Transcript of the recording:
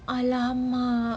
!alamak!